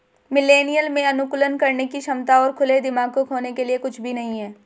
millennial में अनुकूलन करने की क्षमता और खुले दिमाग को खोने के लिए कुछ भी नहीं है